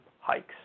hikes